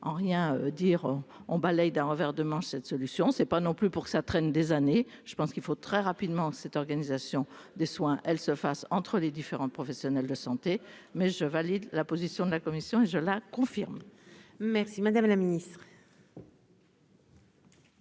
en rien dire on balaye d'un revers de main, cette solution, c'est pas non plus pour ça traîne des années, je pense qu'il faut très rapidement cette organisation des soins, elle se fasse entre les différents professionnels de santé mais je valide la position de la commission et je la confirme. Merci madame la Ministre.